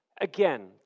Again